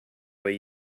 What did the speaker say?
way